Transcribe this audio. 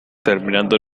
terminando